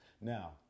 Now